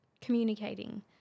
communicating